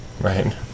Right